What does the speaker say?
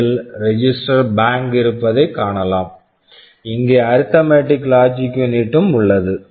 இதில் register bank register bank இருப்பதை நீங்கள் காணலாம் இங்கே arithmetic logic unit arithmetic logic unit டும் உள்ளது